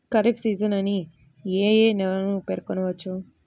Kharif season అని ఏ ఏ నెలలను పేర్కొనవచ్చు?